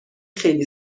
خیلی